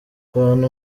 abantu